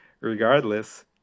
regardless